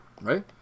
right